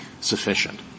sufficient